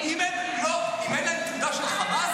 אם אין להם תעודה של חמאס?